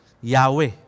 Yahweh